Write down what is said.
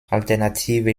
alternative